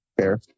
Fair